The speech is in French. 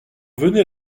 venait